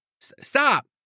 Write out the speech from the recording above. Stop